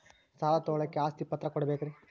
ಸಾಲ ತೋಳಕ್ಕೆ ಆಸ್ತಿ ಪತ್ರ ಕೊಡಬೇಕರಿ?